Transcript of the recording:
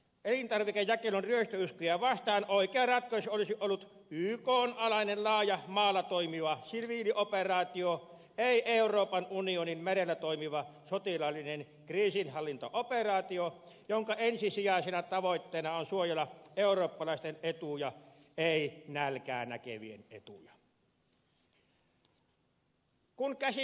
elintarvikejakelun ryöstöuhkia vastaan oikea ratkaisu olisi ollut ykn alainen laaja maalla toimiva siviilioperaatio ei euroopan unionin merellä toimiva sotilaallinen kriisinhallintaoperaatio jonka ensisijaisena tavoitteena on suojella eurooppalaisten etuja ei nälkää näkevien etuja